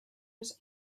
was